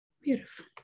beautiful